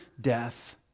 death